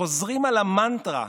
שחוזרים על המנטרה: